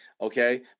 Okay